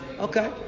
Okay